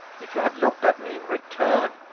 if he had looked at me in return,